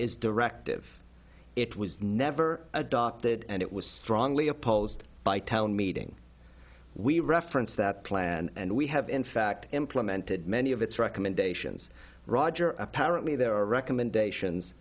is directive it was never adopted and it was strongly opposed by town meeting we referenced that plan and we have in fact implemented many of its recommendations roger apparently there are recommendations